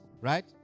Right